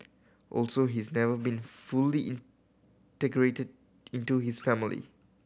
also he's never been fully integrated into his family